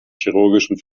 chirurgischen